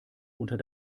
unter